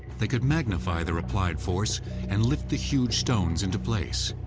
they could magnify their applied force and lift the huge stones into place.